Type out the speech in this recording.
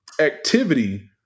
Activity